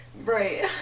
Right